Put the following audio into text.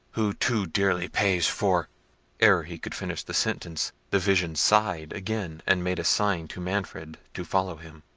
who too dearly pays for ere he could finish the sentence, the vision sighed again, and made a sign to manfred to follow him.